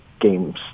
games